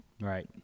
right